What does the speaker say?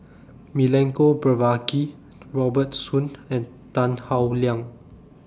Milenko Prvacki Robert Soon and Tan Howe Liang